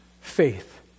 faith